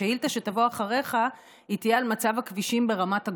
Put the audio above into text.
השאילתה שתבוא אחריך תהיה על מצב הכבישים ברמת הגולן,